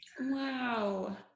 wow